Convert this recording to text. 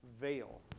veil